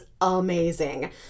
amazing